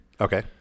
Okay